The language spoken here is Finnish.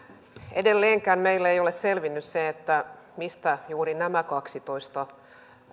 edelleenkään meille ei ole selvinnyt se mistä juuri nämä kaksitoista